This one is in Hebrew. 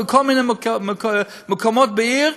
בכל מיני מקומות בעיר,